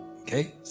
Okay